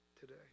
today